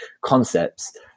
concepts